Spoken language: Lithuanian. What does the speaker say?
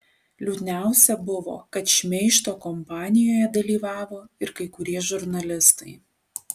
liūdniausia buvo kad šmeižto kampanijoje dalyvavo ir kai kurie žurnalistai